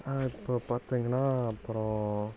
இப்போ பார்த்தீங்கன்னா அப்புறம்